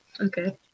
Okay